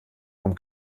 vom